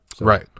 Right